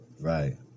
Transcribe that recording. right